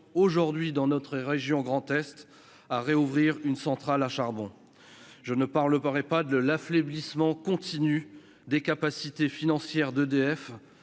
aujourd'hui dans notre région Grand-Est à réouvrir une centrale à charbon, je ne parle paraît pas de l'affaiblissement continu des capacités financières d'EDF